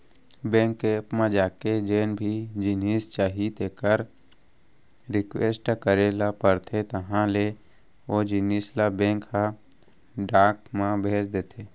bank के app म जाके जेन भी जिनिस चाही तेकर रिक्वेस्ट करे ल परथे तहॉं ले ओ जिनिस ल बेंक ह डाक म भेज देथे